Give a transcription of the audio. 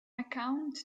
account